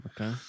Okay